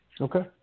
Okay